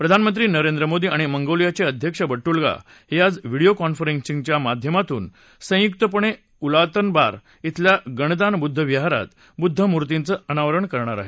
प्रधानमंत्री नरेंद्र मोदी आणि मंगोलियाचे अध्यक्ष बटुलगा हे आज व्हिडिओ कॉन्फरसिंगच्या माध्यमातून संयुक्तपणे उलानबतार श्वेल्या गणदान बुद्ध विहारात बुद्ध मूर्तीचं अनावरण करतील